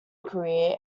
career